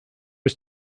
was